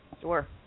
Sure